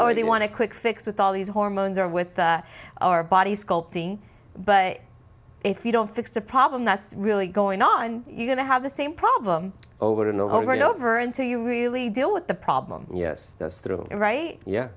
or they want a quick fix with all these hormones or with our body sculpting but if you don't fix a problem that's really going on you're going to have the same problem over and over and over until you really deal with the problem yes goes through it right yeah